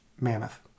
Mammoth